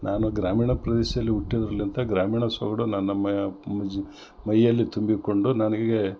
ನಾನು ಗ್ರಾಮೀಣ ಪ್ರದೇಶ ಅಲ್ಲಿ ಹುಟ್ಟಿದ್ರಲ್ಲಿ ಅಂತ ಗ್ರಾಮೀಣ ಸೊಗಡು ನನ್ನ ಮ ಜು ಮೈಯಲ್ಲಿ ತುಂಬಿಕೊಂಡು ನನಗೆ